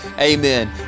Amen